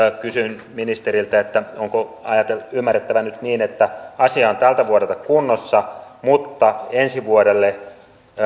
kysyn ministeriltä onko ymmärrettävä nyt niin että asia on tältä vuodelta kunnossa mutta ensi vuodelle